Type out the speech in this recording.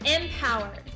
empowered